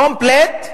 קומפלט,